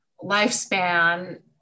lifespan